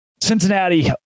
Cincinnati